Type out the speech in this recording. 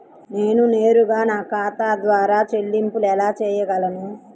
నేను నేరుగా నా ఖాతా ద్వారా చెల్లింపులు ఎలా చేయగలను?